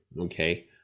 okay